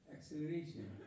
Acceleration